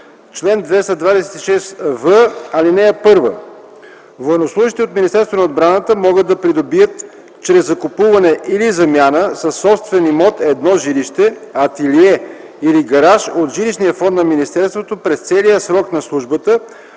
„Чл. 226в. (1) Военнослужещи от Министерство на отбраната могат да придобият чрез закупуване или замяна със собствен имот едно жилище, ателие или гараж от жилищния фонд на Министерството през целия срок на службата,